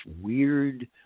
weird